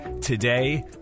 Today